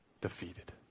defeated